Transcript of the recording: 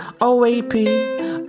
OAP